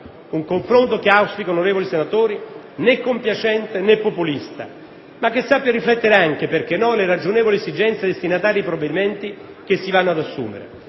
Un confronto che auspico, onorevoli senatori, né compiacente, né populista, ma che sappia riflettere anche - perché no - le ragionevoli esigenze dei destinatari dei provvedimenti che si vanno ad assumere.